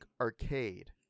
arcade